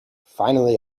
finally